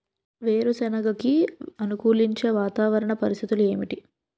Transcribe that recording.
వేరుసెనగ కి అనుకూలించే వాతావరణ పరిస్థితులు ఏమిటి?